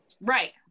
Right